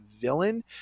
villain